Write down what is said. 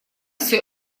все